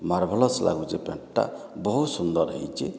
marvellous ଲାଗୁଛି ପ୍ୟାଣ୍ଟ୍ଟା ବହୁତ୍ ସୁନ୍ଦର୍ ହେଇଛି